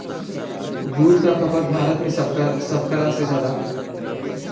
दूध क खपत भारत में सभकरा से जादा होला